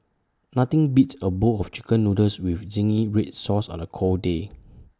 nothing beats A bowl of Chicken Noodles with Zingy Red Sauce on A cold day